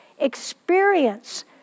experience